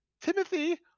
timothy